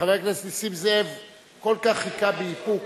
חבר הכנסת נסים זאב כל כך חיכה באיפוק.